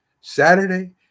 Saturday